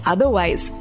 Otherwise